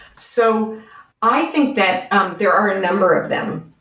so i think that um there are a number of them.